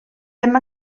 ddim